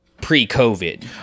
pre-COVID